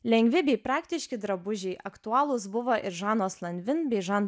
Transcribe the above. lengvi bei praktiški drabužiai aktualūs buvo ir žanos lanvin bei žan